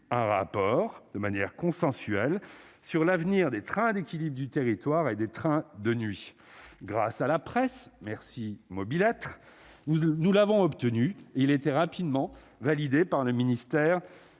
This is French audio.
un rapport de manière consensuelle sur l'avenir des trains d'équilibre du territoire et des trains de nuit grâce à la presse, merci Mobilettre nous l'avons obtenu il était rapidement validé par le ministère